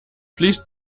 please